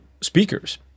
speakers